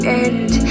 end